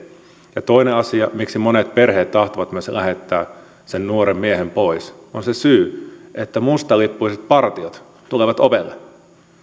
ja toinen asia miksi monet perheet tahtovat myös lähettää sen nuoren miehen pois on se syy että mustalippuiset partiot tulevat ovelle